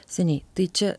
seniai tai čia